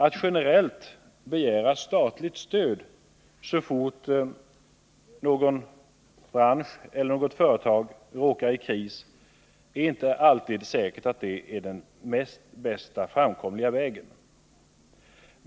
Att generellt begära statligt stöd så fort någon bransch eller företag råkar i kris behöver inte alltid vara den bäst framkomliga vägen.